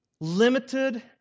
limited